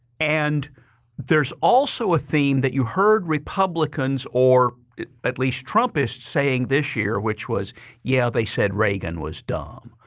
and there's also a theme that you heard republicans or at least trumpists saying this year, which was yeah, they said reagan was dumb.